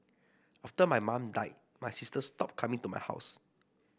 after my mum died my sister stopped coming to my house